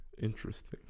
Interesting